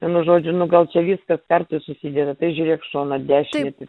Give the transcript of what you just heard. vienu žodžiu nu gal čia viskas kartu susideda tai žiūrėk šoną dešinį